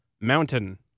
mountain